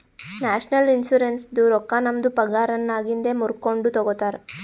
national ಇನ್ಶುರೆನ್ಸದು ರೊಕ್ಕಾ ನಮ್ದು ಪಗಾರನ್ನಾಗಿಂದೆ ಮೂರ್ಕೊಂಡು ತಗೊತಾರ್